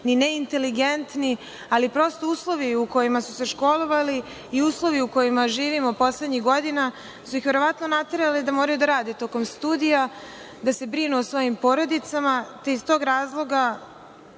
ni neinteligentni, ali prosto uslovi u kojima su se školovali i uslovi u kojima živimo poslednjih godina su ih verovatno naterali da moraju da rade tokom studija, da se brinu o svojim porodicama, te iz tog razloga